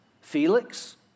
Felix